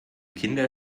kinder